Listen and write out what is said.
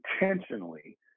intentionally